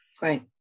Right